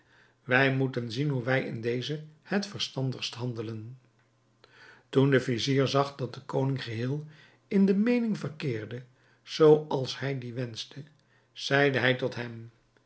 wij moeten zien hoe wij in dezen het verstandigst handelen toen de vizier zag dat de koning geheel in de meening verkeerde zoo als hij die wenschte zeide hij tot hem